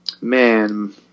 man